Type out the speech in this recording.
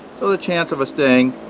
so the chance of a sting,